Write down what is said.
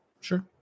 sure